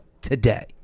today